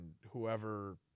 whoever –